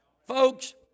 Folks